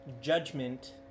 judgment